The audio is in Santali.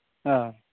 ᱚ